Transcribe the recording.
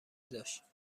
داشت